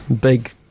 big